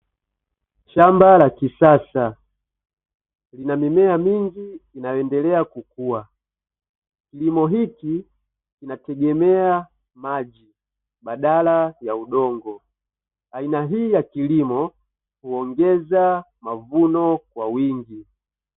Shamba la kisasa, linamimea mingi inayoendelea kukua. Kilimo hiki kinategemea maji badala ya udongo. Aina hii ya kilimo huongeza mavuno kwa wingi.